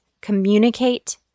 Communicate